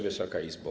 Wysoka Izbo!